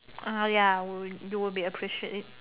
ah ya will you will be appreciate it